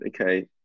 okay